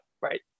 right